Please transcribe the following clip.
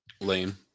Lane